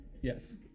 Yes